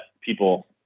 people